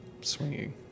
swinging